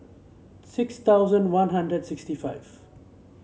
six thousand One Hundred sixty five